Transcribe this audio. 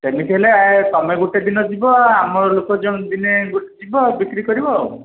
ସେମିତି ହେଲେ ତମେ ଗୋଟେ ଦିନ ଯିବ ଆମ ଲୋକ ଦିନେ ଯିବ ବିକ୍ରି କରିବ ଆଉ